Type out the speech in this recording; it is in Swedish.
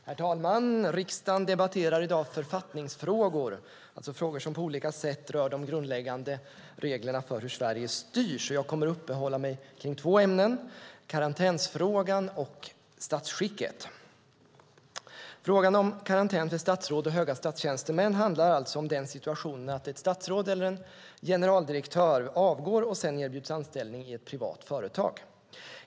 Herr talman! Riksdagen debatterar i dag författningsfrågor, det vill säga frågor som på olika sätt rör de grundläggande reglerna för hur Sverige styrs. Jag kommer att uppehålla vid två frågor: karantänsfrågan och frågan om statsskicket. Frågan om karantän för statsråd och höga statstjänstemän handlar om situationen att ett statsråd eller en generaldirektör avgår och sedan erbjuds anställning i ett privat företag.